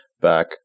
back